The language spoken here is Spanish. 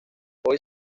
hoy